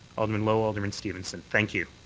alderman lowe. alderman stevenson. thank you.